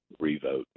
revote